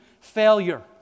failure